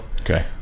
okay